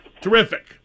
Terrific